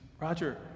roger